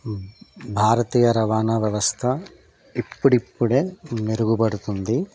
భారతీయ రవాణా వ్యవస్థ ఇప్పుడిప్పుడే మెరుగుపడుతుంది